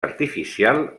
artificial